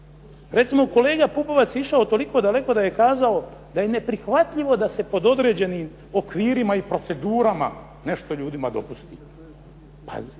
itd. Kolega Pupovac je išao toliko daleko da je rekao da je neprihvatljivo pod određenim okvirima i procedurama nešto ljudima dopusti. U